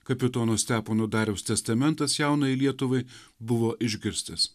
kapitono stepono dariaus testamentas jaunajai lietuvai buvo išgirstas